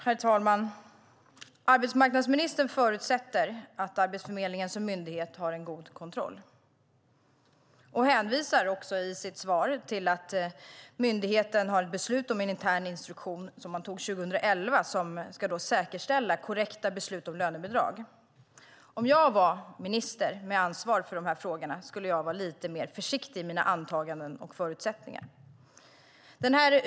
Herr talman! Arbetsmarknadsministern förutsätter att Arbetsförmedlingen som myndighet har en god kontroll. Hon hänvisade i sitt svar till att myndigheten har en intern instruktion som togs fram 2011 som ska säkerställa korrekta beslut om lönebidrag. Om jag var minister med ansvar för dessa frågor skulle jag vara lite mer försiktig i mina antaganden och förutsättningar.